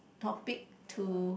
topic to